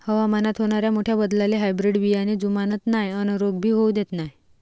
हवामानात होनाऱ्या मोठ्या बदलाले हायब्रीड बियाने जुमानत नाय अन रोग भी होऊ देत नाय